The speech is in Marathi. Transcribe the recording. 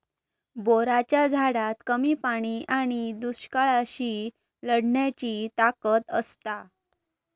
बोराच्या झाडात कमी पाणी आणि दुष्काळाशी लढण्याची ताकद असता